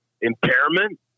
impairment